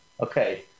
Okay